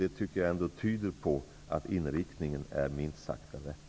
Detta tycker jag ändå tyder på att inriktningen minst sagt är den rätta.